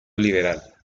liberal